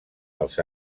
els